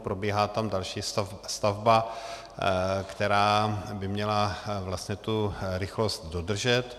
Probíhá tam další stavba, která by měla vlastně tu rychlost dodržet.